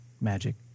magic